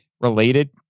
related